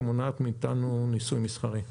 ומונעת מאיתנו ניסוי מסחרי?